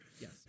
yes